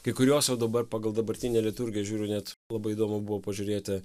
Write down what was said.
kai kurios jau dabar pagal dabartinę liturgiją žiūriu net labai įdomu buvo pažiūrėti